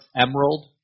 emerald